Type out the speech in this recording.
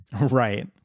Right